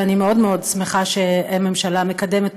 ואני מאוד מאוד שמחה שהממשלה מקדמת